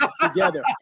together